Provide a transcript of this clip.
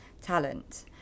talent